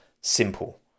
simple